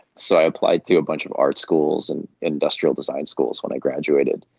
so i applied to a bunch of art schools and industrial design schools when i graduated.